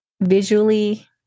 visually